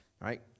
Right